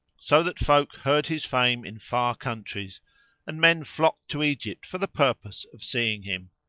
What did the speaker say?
so that folk heard his fame in far countries and men flocked to egypt for the purpose of seeing him.